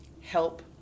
help